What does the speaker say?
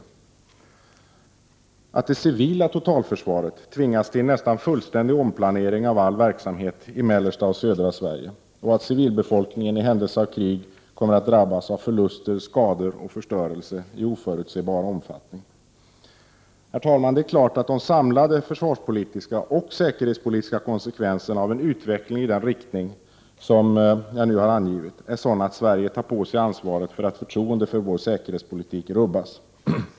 Det visar sig också att det civila totalförsvaret tvingas till nästan fullständig omplanering av all verksamhet i mellersta och södra Sverige, och att civilbefolkningen i händelse av krig kommer att drabbas av förluster, skador och förstörelse i oförutsebar omfattning. Herr talman! Det är klart att de samlade försvarspolitiska och säkerhetpolitiska konsekvenserna av en utveckling i den riktning som nu angivits är sådan att Sverige tar på sig ansvaret för att förtroendet för vår säkerhetspolitik rubbas.